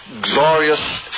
glorious